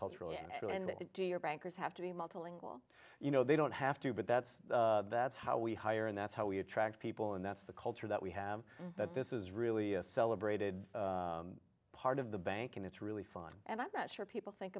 cultural and do your bankers have to be multi lingual you know they don't have to but that's that's how we hire and that's how we attract people and that's the culture that we have that this is really a celebrated part of the bank and it's really fun and i'm not sure people think